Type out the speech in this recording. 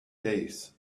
days